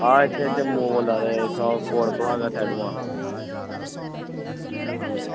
आं इत्थां जम्मू दा बोल्ला नै कोट भलवाल साईड दा